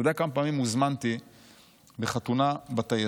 אתה יודע כמה פעמים הוזמנתי לחתונה בטייסת